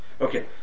Okay